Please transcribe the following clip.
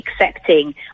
accepting